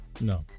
No